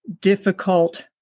difficult